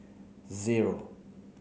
zero